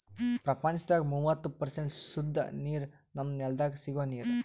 ಪ್ರಪಂಚದಾಗ್ ಮೂವತ್ತು ಪರ್ಸೆಂಟ್ ಸುದ್ದ ನೀರ್ ನಮ್ಮ್ ನೆಲ್ದಾಗ ಸಿಗೋ ನೀರ್